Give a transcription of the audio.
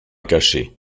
cachée